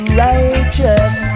righteous